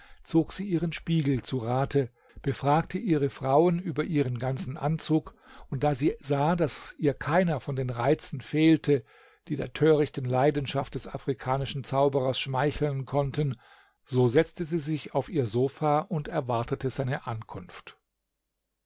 zog sie ihren spiegel zu rate befragte ihre frauen über ihren ganzen anzug und da sie sah daß ihr keiner von den reizen fehlte die der törichten leidenschaft des afrikanischen zauberers schmeicheln konnten so setzte sie sich auf ihr sofa und erwartete seine ankunft